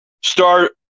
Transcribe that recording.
start